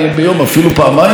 אפילו פעמיים ביום,